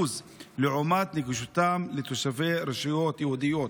לעומת נגישותם לתושבי רשויות יהודיות.